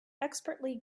expertly